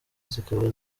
zikaba